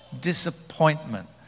disappointment